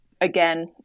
again